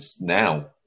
now